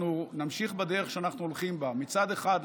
אנחנו נמשיך בדרך שאנחנו הולכים בה: מצד אחד,